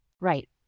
Right